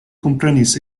komprenis